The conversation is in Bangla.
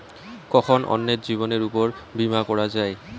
কখন অন্যের জীবনের উপর বীমা করা যায়?